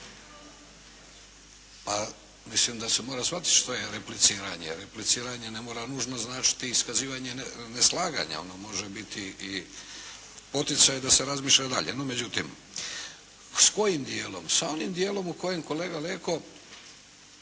a mislim da se mora shvatiti što je repliciranje. Repliciranje ne mora nužno značiti iskazivanje neslaganja, ono može biti i poticaj da se razmišlja dalje. No, međutim, s kojim dijelom, s onim dijelom u kojem kolega Leko